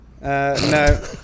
No